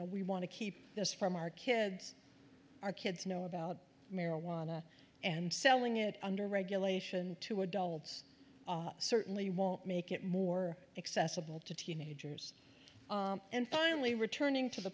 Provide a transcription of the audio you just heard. know we want to keep this from our kids our kids know about marijuana and selling it under regulation to adults certainly won't make it more accessible to teenagers and finally returning to the